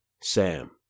Sam